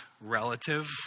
relative